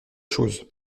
chose